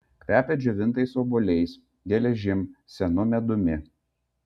kvepia džiovintais obuoliais geležim senu medumi